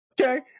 Okay